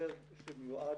שמיועד